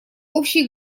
общие